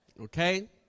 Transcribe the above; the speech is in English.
okay